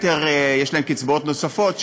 וליתר יש קצבאות נוספות,